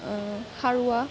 সাৰুৱা